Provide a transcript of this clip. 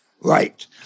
Right